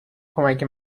کمک